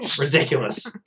Ridiculous